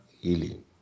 Healing